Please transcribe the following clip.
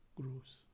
grows